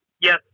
yes